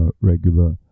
regular